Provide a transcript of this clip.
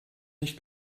nicht